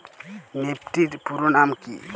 Nifty এর পুরোনাম কী?